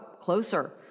closer